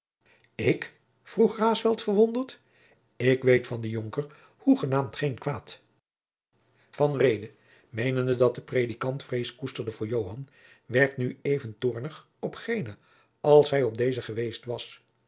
ik vroeg raesfelt verwonderd ik weet van den jonker hoegenaamd geen kwaad van reede meenende dat de predikant vrees koesterde voor joan werd nu even toornig op genen als hij op dezen geweest was